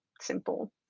simple